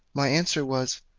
my answer was,